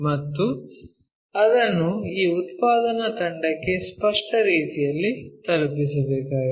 ಮತ್ತು ಅದನ್ನು ಈ ಉತ್ಪಾದನಾ ತಂಡಕ್ಕೆ ಸ್ಪಷ್ಟ ರೀತಿಯಲ್ಲಿ ತಲುಪಿಸಬೇಕಾಗಿದೆ